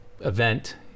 event